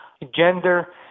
Gender